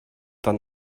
dann